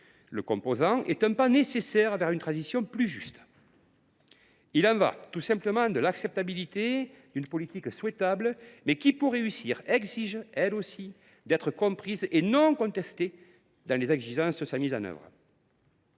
le composant, constitue un pas nécessaire vers une transition plus juste. Il y va tout simplement de l’acceptabilité d’une politique souhaitable, mais qui, pour réussir, exige d’être comprise et non contestée en raison des exigences issues de sa mise en œuvre.